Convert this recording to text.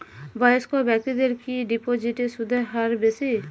বয়স্ক ব্যেক্তিদের কি ডিপোজিটে সুদের হার বেশি?